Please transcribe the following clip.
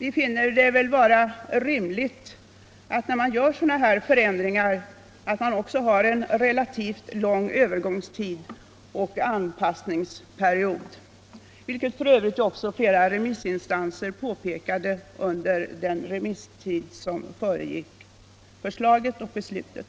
Vi finner det vara rimligt att när vi gör sådana här förändringar också ha en relativt läng anpassningsperiod, vilket f. ö. också flera remissinstanser påpekade under den remissbehandling som föregick förslaget och beslutet.